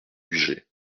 bugey